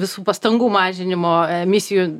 visų pastangų mažinimo emisijų